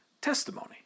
testimony